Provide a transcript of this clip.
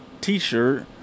t-shirt